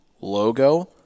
logo